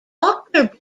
doctor